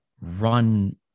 run